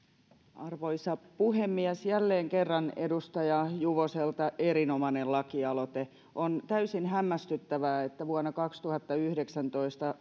arvoisa puhemies jälleen kerran edustaja juvoselta erinomainen lakialoite on täysin hämmästyttävää että vuonna kaksituhattayhdeksäntoista